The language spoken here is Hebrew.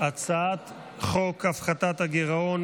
הפחתת הגירעון